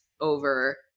over